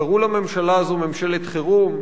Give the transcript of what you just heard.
קראו לממשלה הזו "ממשלת חירום",